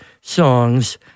songs